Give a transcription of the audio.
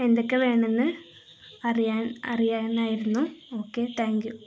എന്തൊക്കെ വേണമെന്ന് അറിയാൻ അറിയാനായിരുന്നു ഓക്കെ താങ്ക്യൂ